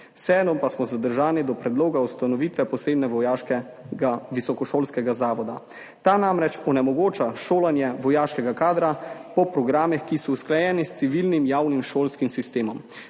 vseeno pa smo zadržani do predloga ustanovitve posebnega vojaškega visokošolskega zavoda. Ta namreč onemogoča šolanje vojaškega kadra po programih, ki so usklajeni s civilnim javnim šolskim sistemom.